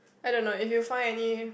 I don't know if you find any